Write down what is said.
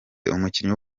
umukinnyi